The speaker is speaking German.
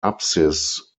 apsis